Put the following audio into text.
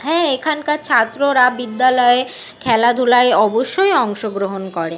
হ্যাঁ এখানকার ছাত্ররা বিদ্যালয়ে খেলাধুলায় অবশ্যই অংশগ্রহণ করে